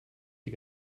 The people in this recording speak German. die